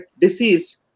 disease